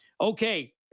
Okay